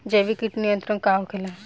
जैविक कीट नियंत्रण का होखेला?